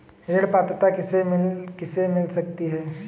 ऋण पात्रता किसे किसे मिल सकती है?